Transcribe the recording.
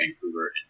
Vancouver